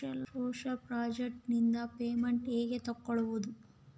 Social project ನಿಂದ payment ಹೆಂಗೆ ತಕ್ಕೊಳ್ಳದು?